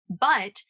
But-